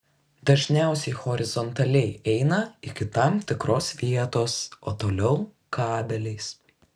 dažniausiai horizontaliai eina iki tam tikros vietos o toliau kabeliais